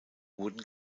wurden